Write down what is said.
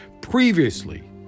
previously